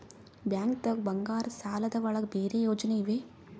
ಬ್ಯಾಂಕ್ದಾಗ ಬಂಗಾರದ್ ಸಾಲದ್ ಒಳಗ್ ಬೇರೆ ಯೋಜನೆ ಇವೆ?